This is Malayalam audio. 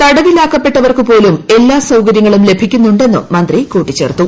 തടവിലാക്കപ്പെട്ടവർക്കുപോലും എല്ലാ സൌകര്യങ്ങളും ലഭിക്കു്ന്നുണ്ടെന്നും മന്ത്രി കൂട്ടിച്ചേർത്തു